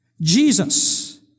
Jesus